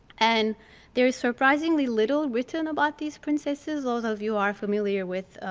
and there is surprisingly little written about these princesses. although if you are familiar with